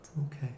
Okay